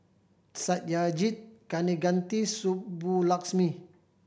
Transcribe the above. Satyajit Kaneganti Subbulakshmi